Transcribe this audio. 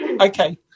Okay